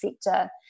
sector